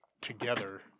together